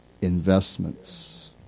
investments